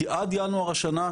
כי עד ינואר השנה,